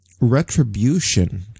Retribution